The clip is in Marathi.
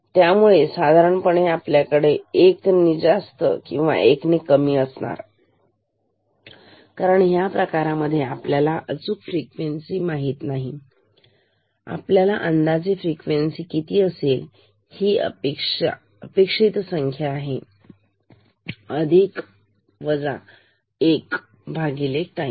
त्यामुळे साधारणपणे आपल्याकडे एक नि जास्त किंवा एक ने कमी असणार आहे कारण ह्या प्रकारामध्ये आपल्याला अचूक फ्रिक्वेन्सी माहित नाही तर अंदाजे फ्रिक्वेन्सी किती असेल ही अपेक्षा संख्या आहे अधिक 1 भागिले टाइम